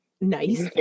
nice